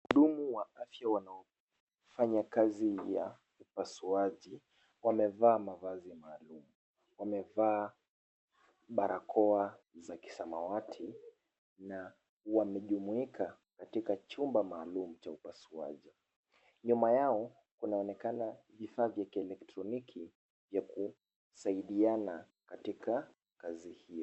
Wahudumu wa afya wanaofanya kazi ya upasuaji wamevaa mavazi maalum. Wamevaa barakoa za kisamawati na wamejumuika katika chumba maalum cha upasuaji. Nyuma yao kunaonekana vifaa vya kielektroniki vya kusaidiana katika kazi hiyo.